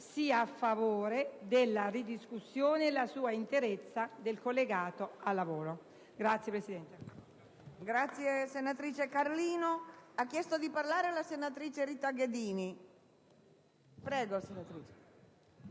sia a favore della ridiscussione nella sua interezza del collegato lavoro.